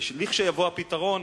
וכשיבוא הפתרון,